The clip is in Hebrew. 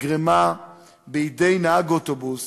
נגרמה בידי נהג אוטובוס